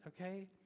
Okay